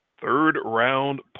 Third-round